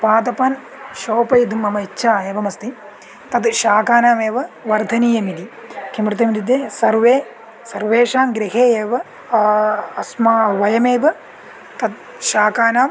पादपान् शोपयितदुं मम इच्छा एवमस्ति तद् शाकानाम् एव वर्धनीयमिति किमर्थमित्युक्ते सर्वे सर्वेषां गृहे एव अस्मा वयमेव तद् शाकानाम्